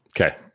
Okay